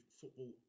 football